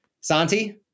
Santi